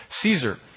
Caesar